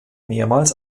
mehrmals